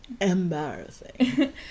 embarrassing